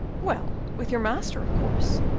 well, with your master, of course.